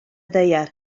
ddaear